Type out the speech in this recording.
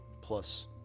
plus